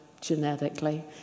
genetically